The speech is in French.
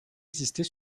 exister